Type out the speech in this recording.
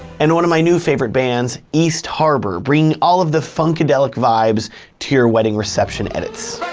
and one of my new favorite bands, east harbor, bringing all of the funkadelic vibes to your wedding reception edits.